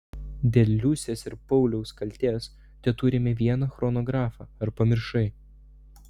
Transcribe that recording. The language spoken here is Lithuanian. dėl liusės ir pauliaus kaltės teturime vieną chronografą ar pamiršai